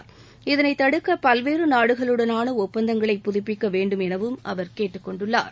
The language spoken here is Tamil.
தஞ்சமடைவது குறித்தும் இதனை தடுக்க பல்வேறு நாடுகளுடனான ஒப்பந்தங்களை புதுப்பிக்க வேண்டும் எனவும் அவர் கேட்டுக்கொண்டுள்ளார்